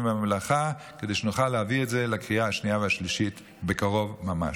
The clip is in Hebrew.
במלאכה כדי שנוכל להביא את זה לקריאה השנייה והשלישית בקרוב ממש.